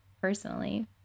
personally